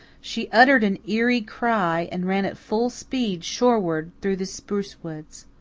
she uttered an eerie cry, and ran at full speed shoreward through the spruce woods.